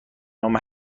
نام